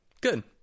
good